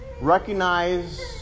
recognize